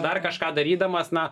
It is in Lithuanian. dar kažką darydamas na